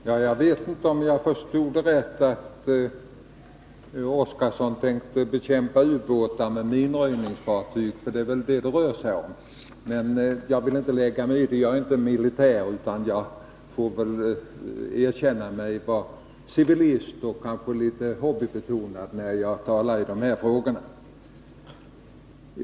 Herr talman! Jag vet inte om jag förstod Gunnar Oskarson rätt, när han sade att han tänkte bekämpa ubåtar med minröjningsfartyg. Det var väl detta det rörde sig om, men jag vill inte lägga mig i den saken, för jag är inte militär utan får väl erkänna mig vara civilist och kanske litet hobbybetonad när jag talar om de här frågorna.